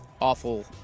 awful